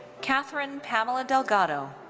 katherine pamela delgado.